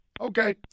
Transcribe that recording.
Okay